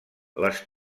les